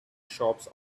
shops